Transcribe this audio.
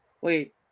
Wait